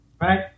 right